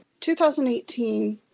2018